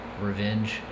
revenge